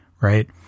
right